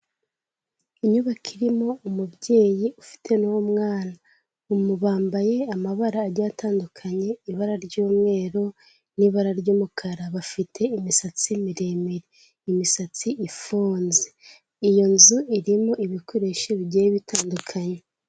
Inyubako irimo umubyeyi ufite n'umwana, bambaye amabara agiye atandukanye, ibara ry'umweru n'ibara ry'umukara, bafite imisatsi miremire, imisatsi ifunze, iyo nzu irimo ibikoresho bigiye bitandukanye.